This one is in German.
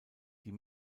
die